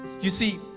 you see,